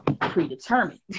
Predetermined